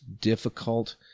difficult